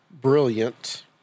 Brilliant